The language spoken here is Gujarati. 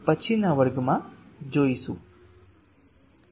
તે હવે પછીના વર્ગમાં જોઈશુ